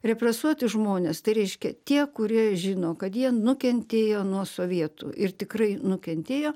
represuoti žmonės tai reiškia tie kurie žino kad jie nukentėjo nuo sovietų ir tikrai nukentėjo